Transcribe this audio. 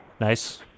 Nice